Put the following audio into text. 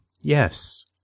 yes